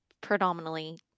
predominantly